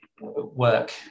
Work